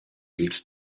dils